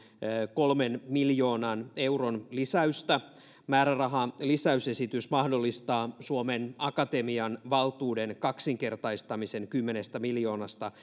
kolmen miljoonan euron lisäystä määrärahan lisäysesitys mahdollistaa suomen akatemian valtuuden kaksinkertaistamisen kymmenestä miljoonasta